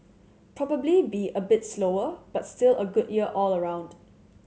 probably be a bit slower but still a good year all around